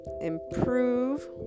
improve